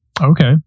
Okay